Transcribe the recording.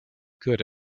good